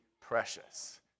precious